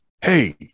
hey